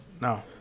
No